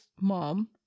mom